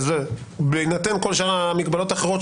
אז בהינתן כל שאר המגבלות האחרות,